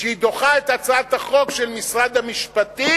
כשהיא דוחה את הצעת החוק של משרד המשפטים,